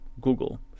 Google